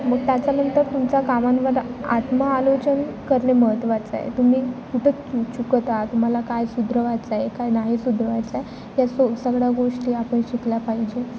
मग त्याच्यानंतर तुमच्या कामांवर आत्मआलोचन करणे महत्त्वाचं आहे तुम्ही कुठं चुकत आ तुम्हाला काय सुधारायचं आहे काय नाही सुधारायचं आहे या सो सगळ्या गोष्टी आपण शिकल्या पाहिजे